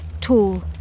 tall